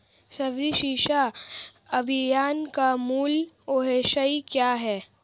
सर्व शिक्षा अभियान का मूल उद्देश्य क्या है?